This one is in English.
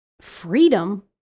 freedom